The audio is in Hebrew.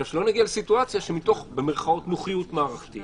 כדי שלא נגיע לסיטואציה שמתוך נוחיות מערכתית